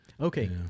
Okay